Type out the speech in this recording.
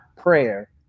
prayer